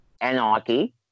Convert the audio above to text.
anarchy